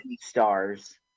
stars